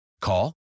Call